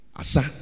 asa